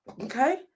Okay